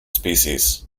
species